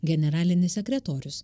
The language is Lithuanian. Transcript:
generalinis sekretorius